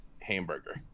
hamburger